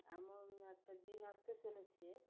এমন একটা দিন আসতে চলেছে